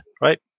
right